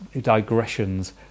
digressions